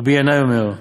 רבי ינאי אומר,